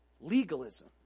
Legalism